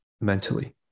mentally